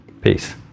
peace